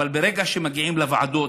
אבל ברגע שמגיעים לוועדות,